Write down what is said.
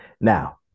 now